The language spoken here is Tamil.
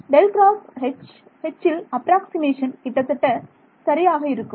∇×H H ல் அப்ராக்ஸிமேஷன் கிட்டத்தட்ட சரியாக இருக்கும்